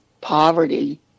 poverty